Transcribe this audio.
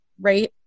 right